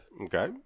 Okay